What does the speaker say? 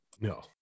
No